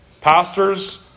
pastors